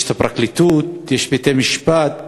יש הפרקליטות, יש בתי-המשפט,